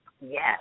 yes